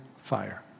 fire